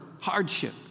hardship